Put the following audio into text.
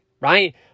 Right